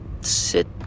sit